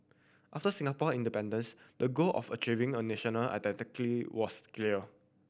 after Singapore independence the goal of achieving a national was clear